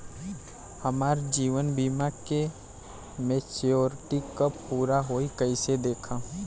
हमार जीवन बीमा के मेचीयोरिटी कब पूरा होई कईसे देखम्?